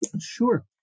Sure